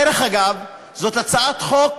דרך אגב, זאת הצעת חוק,